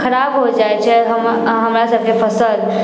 खराब हो जाइत छै हम हमरा सभके फसल